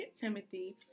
Timothy